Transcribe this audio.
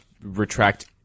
retract